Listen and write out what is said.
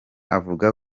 avuga